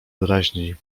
wyraźniej